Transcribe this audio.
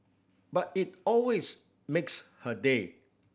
but it always makes her day